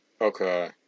Okay